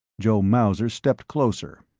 joe mauser stepped closer.